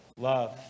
Love